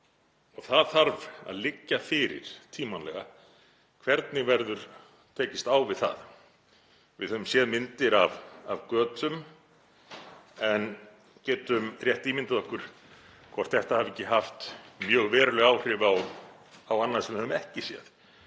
Það þarf að liggja fyrir tímanlega hvernig verður tekist á við það. Við höfum séð myndir af götum en getum rétt ímyndað okkur hvort þetta hafi ekki haft mjög veruleg áhrif á annað sem við höfum ekki séð;